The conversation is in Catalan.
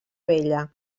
vella